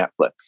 netflix